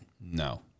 No